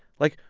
like,